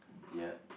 ya